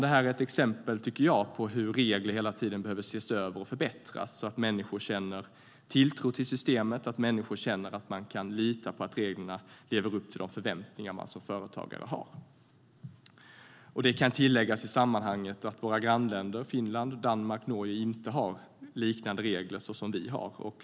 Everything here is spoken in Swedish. Detta är exempel på att regler hela tiden behöver ses över och förbättras så att människor känner tilltro till systemet och kan lita på att reglerna lever upp till de förväntningar de har som företagare. Det kan tilläggas i sammanhanget att våra grannländer Finland, Danmark och Norge inte har regler liknande våra.